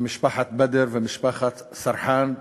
משפחת בדר ומשפחת סרחאן.